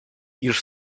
już